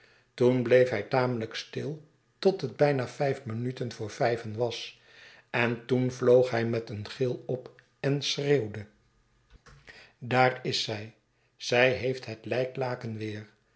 toen bleef hij tamelijk stil tot het bijna vijf minuten voor vijven was en toen vloog hij met een gil'op en schreeuwde daar is zij zij heeft het lijklaken weer